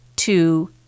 Two